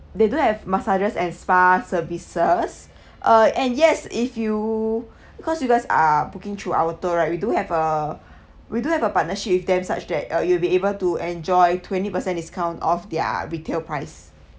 they do have massages and spa services uh and yes if you because you guys are booking through our tour right we do have uh we do have a partnership with them such that uh you will be able to enjoy twenty percent discount off their retail price